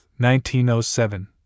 1907